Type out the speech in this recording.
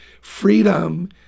freedom